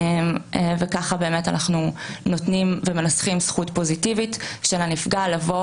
וכך באמת אנחנו מנסחים זכות פוזיטיבית של הנפגע לבוא